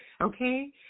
Okay